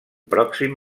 pròxim